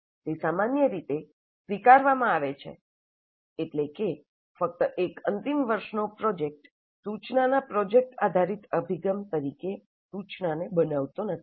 તે સામાન્ય રીતે સ્વીકારવામાં આવે છે એટલે કે ફક્ત એક અંતિમ વર્ષનો પ્રોજેક્ટ સૂચનાના પ્રોજેક્ટ આધારિત અભિગમ તરીકે સૂચનાને બનાવતો નથી